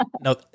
No